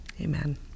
Amen